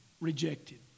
rejected